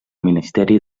ministeri